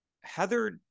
Heather